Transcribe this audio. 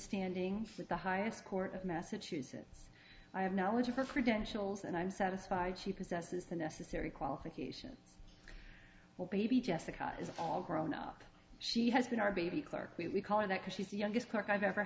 standing with the highest court of massachusetts i have knowledge of her credentials and i'm satisfied she possesses the necessary qualifications well baby jessica is all grown up she has been our baby clerkly we call it that because she's the youngest clerk i've ever